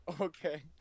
Okay